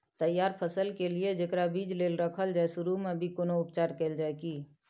तैयार फसल के लिए जेकरा बीज लेल रखल जाय सुरू मे भी कोनो उपचार कैल जाय की?